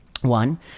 One